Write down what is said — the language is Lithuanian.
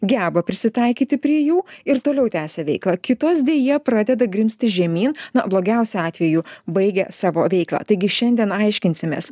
geba prisitaikyti prie jų ir toliau tęsia veiklą kitos deja pradeda grimzti žemyn na blogiausiu atveju baigia savo veiklą taigi šiandien aiškinsimės